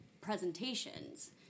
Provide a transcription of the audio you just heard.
presentations